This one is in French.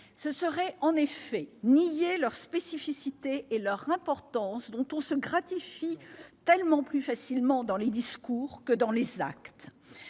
Ce serait en effet nier leurs spécificités et leur importance, dont on se gratifie plus facilement dans les discours que dans les actes.